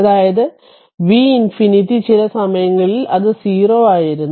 അതായത് V infinity ചില സമയങ്ങളിൽ അത് 0 ആയിരുന്നു